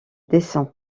descend